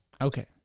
Okay